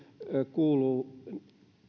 kuuluu